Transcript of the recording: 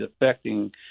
affecting